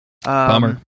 Bummer